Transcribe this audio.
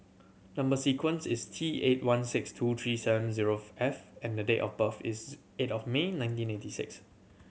number sequence is T eight one six two three seven zero F and the date of birth is eight of May nineteen eighty six